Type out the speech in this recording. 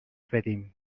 بدیم